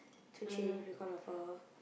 to change because of her